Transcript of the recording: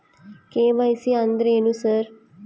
KYC ಅಂದ್ರೇನು sir?